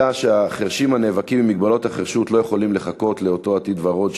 אלא שהחירשים הנאבקים במגבלות החירשות לא יכולים לחכות לאותו עתיד ורוד,